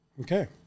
okay